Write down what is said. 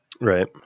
right